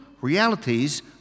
realities